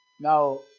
Now